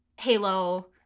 Halo